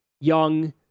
young